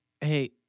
Hey